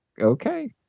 okay